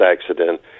accident